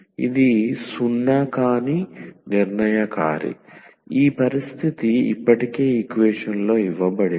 ఇది సున్నా కాని నిర్ణయకారి ఈ పరిస్థితి ఇప్పటికే ఈక్వేషన్ లో ఇవ్వబడింది